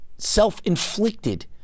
self-inflicted